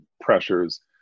pressures